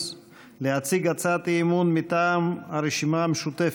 להציג הצעת אי-אמון מטעם הרשימה המשותפת: